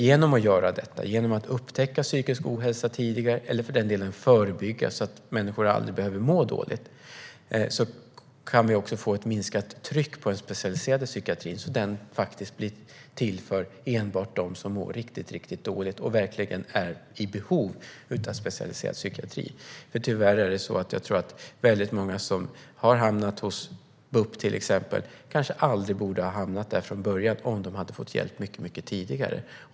Genom att göra detta - genom att upptäcka psykisk ohälsa tidigare eller för den delen förebygga den, så att människor aldrig behöver må dåligt - kan vi också få ett minskat tryck på den specialiserade psykiatrin, så att den blir till för enbart dem som mår riktigt dåligt och verkligen är i behov av specialiserad psykiatri. Tyvärr tror jag att det är så att väldigt många som har hamnat hos till exempel BUP kanske aldrig hade hamnat där om de hade fått hjälp mycket tidigare.